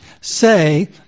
say